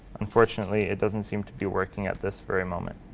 unfortunately, it doesn't seem to be working at this very moment.